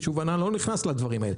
חדשנות ואני לא נכנס לדברים האלה.